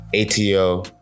ATO